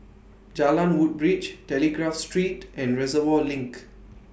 Jalan Woodbridge Telegraph Street and Reservoir LINK